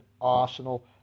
Arsenal